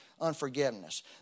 unforgiveness